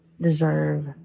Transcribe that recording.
deserve